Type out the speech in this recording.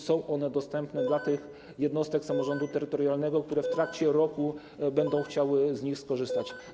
Są one dostępne dla tych jednostek samorządu terytorialnego, które w trakcie roku będą chciały z nich skorzystać.